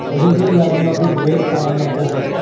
ખરીદીની યાદીમાંથી બ્રેડ કાઢી નાખો